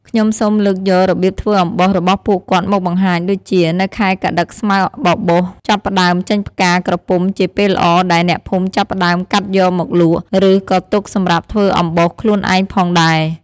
ខ្ញុំសូមលើកយករបៀបធ្វើអំបោសរបស់ពួកគាត់មកបង្ហាញដូចជា នៅខែកក្តិកស្មៅបបោសចាប់ផ្តើមចេញផ្កាក្រពុំជាពេលល្អដែលអ្នកភូមិចាប់ផ្តើមកាច់យកមកលក់ រឺក៏ទុកសម្រាប់ធ្វើអំបោសខ្លួនឯងផងដែរ។